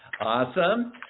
Awesome